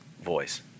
voice